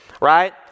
right